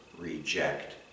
reject